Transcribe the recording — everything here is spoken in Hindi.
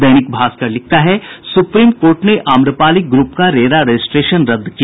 दैनिक भास्कर लिखता है सुप्रीम कोर्ट ने आम्रपाली ग्रुप का रेरा रजिस्ट्रेशन रद्द किया